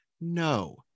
No